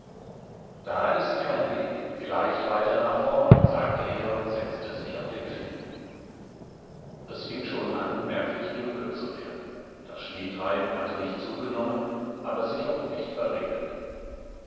da ist kein weg vielleicht weiter nach vorn sagte er und setzte sich auf den schlitten es fing schon an merklich dunkel zu werden das schneetreiben hatte nicht zugenommen aber sich auch nicht verringert